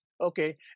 Okay